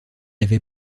avait